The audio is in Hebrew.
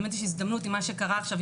ובאמת יש הזדמנות עם מה שקרה עכשיו,